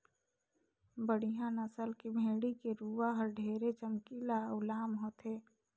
बड़िहा नसल के भेड़ी के रूवा हर ढेरे चमकीला अउ लाम होथे